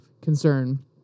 concern